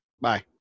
Bye